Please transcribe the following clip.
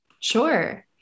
sure